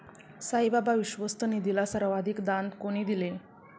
साईबाबा विश्वस्त निधीला सर्वाधिक दान कोणी दिले?